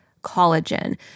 collagen